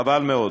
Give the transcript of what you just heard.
חבל מאוד.